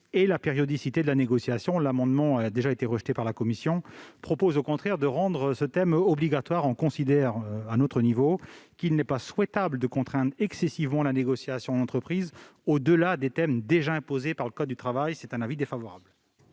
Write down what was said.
et la périodicité de la négociation. Cet amendement, qui a déjà été rejeté par la commission, vise au contraire à rendre ce thème obligatoire. Nous considérons, quant à nous, qu'il n'est pas souhaitable de contraindre excessivement la négociation en entreprise, au-delà des thèmes déjà imposés par le code du travail. Avis défavorable.